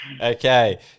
Okay